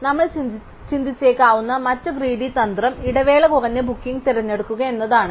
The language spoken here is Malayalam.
നമ്മൾ ചിന്തിച്ചേക്കാവുന്ന മറ്റ് ഗ്രീഡി തന്ത്രം ഇടവേള കുറഞ്ഞ ബുക്കിംഗ് തിരഞ്ഞെടുക്കുക എന്നതാണ്